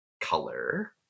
color